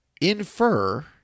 infer